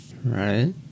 Right